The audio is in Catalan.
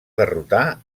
derrotar